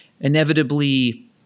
inevitably